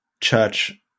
church